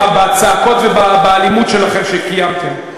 בצעקות ובאלימות שלכם שקיימתם.